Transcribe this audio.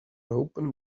open